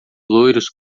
loiros